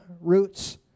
roots